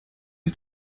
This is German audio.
die